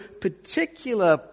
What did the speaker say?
particular